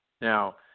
now